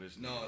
No